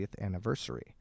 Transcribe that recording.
anniversary